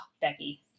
Becky